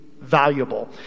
valuable